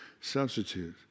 substitute